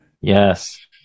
Yes